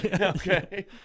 okay